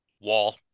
Wall